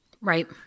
Right